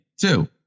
two